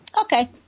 Okay